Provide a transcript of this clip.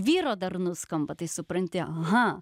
vyro dar nuskamba tai supranti aha